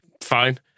fine